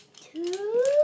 Two